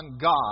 God